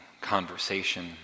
conversation